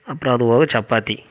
அப்புறம் அதுபோக சப்பாத்தி